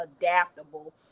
adaptable